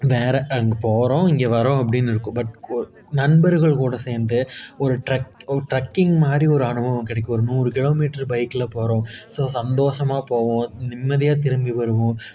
வேற அங்கே போகிறோம் இங்கே வரோம் அப்படின்னு இருக்கும் பட் ஒரு நண்பர்கள் கூட சேர்ந்து ஒரு டிரக் ஒரு டிரக்கிங் மாதிரி ஒரு அனுபவம் கிடைக்கும் ஒரு நூறு கிலோமீட்டரு பைக்கில் போகிறோம் ஸோ சந்தோஷமாக போவோம் நிம்மதியாக திரும்பி வருவோம்